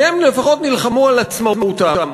כי הם לפחות נלחמו על עצמאותם,